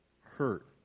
hurt